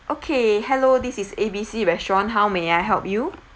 okay hello this is A B C restaurant how may I help you